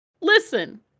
Listen